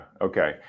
okay